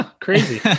crazy